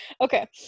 Okay